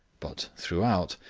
but, throughout,